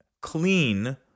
clean